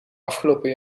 afgelopen